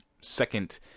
second